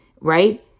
right